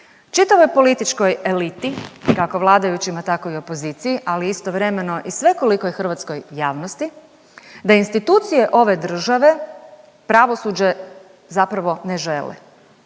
čitavoj političkoj eliti kako vladajućima, tako i opoziciji, ali istovremeno i svekolikoj hrvatskoj javnosti, da institucije ove države pravosuđe zapravo ne žele,